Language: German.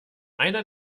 einer